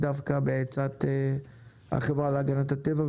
דווקא בעצת החברה להגנת הטבע,